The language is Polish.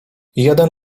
jeden